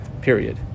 Period